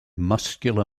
muscular